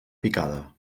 picada